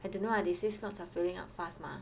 I don't know lah they say slots are filling up fast mah